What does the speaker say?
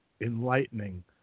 enlightening